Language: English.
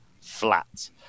flat